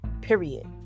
period